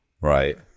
Right